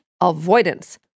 avoidance